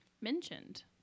mentioned